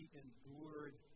endured